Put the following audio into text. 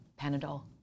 Panadol